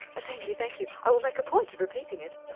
thank you, thank you. i will make a point of repeating it.